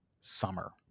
summer